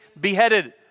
beheaded